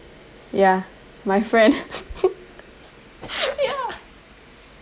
ya my friend ya